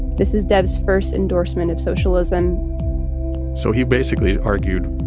this is debs' first endorsement of socialism so he basically argued